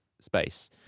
space